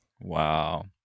Wow